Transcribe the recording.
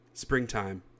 Springtime